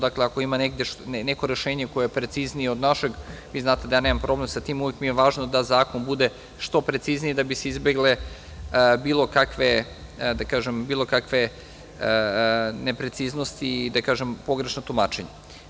Dakle, ako ima negde neko rešenje koje je preciznije od našeg, vi znate da ja nemam problem sa tim, uvek mi je važno da zakon bude što precizniji, da bi se izbegle bilo kakve nepreciznosti i pogrešno tumačenje.